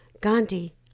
Gandhi